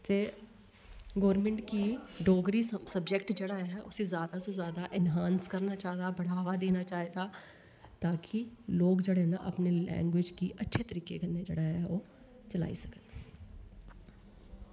ते गौरमेंट गी डोगरी सब्जेक्ट जेह्ड़ा ऐ उसी जादै कोला जादै इनहोम्स करना चाहिदा बढ़ावा देना चाहिदा ताकी लोग जेह्ड़े न अपनी लैंग्वेज़ गी अच्छी तरीकै कन्नै जानी सकन